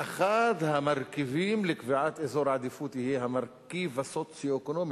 שאחד המרכיבים לקביעת אזור העדיפות יהיה המרכיב הסוציו-אקונומי,